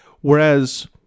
Whereas